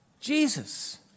Jesus